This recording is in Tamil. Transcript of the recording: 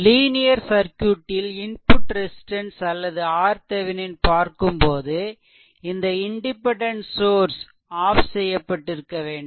லீனியர் சர்க்யூட்டில் இன்புட் ரெசிஸ்டன்ஸ் அல்லது RThevenin பார்க்கும்போதுஇந்த இண்டிபெண்டென்ட் சோர்ஸ் ஆஃப் செய்யப்பட்டிருக்க வேண்டும்